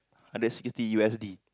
hundred sixty U_S_D